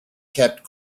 kept